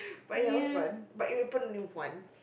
but ya was fun but it happen only once